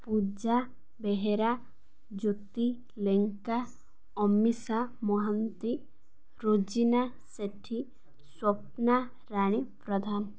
Puja Behera Jyoti Lenka Amisha Mohanty Rozina Sethi Swapnarani Pradhan